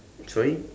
sorry